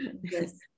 yes